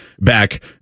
back